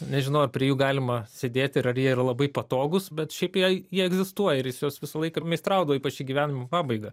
nežinau ar prie jų galima sėdėti ir ar jie yra labai patogūs bet šiaip jei jie egzistuoja ir jis juos visą laiką meistraudavo ypač į gyvenimo pabaigą